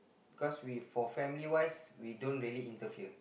cause we for family wise we don't really interfere